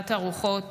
להרגעת הרוחות,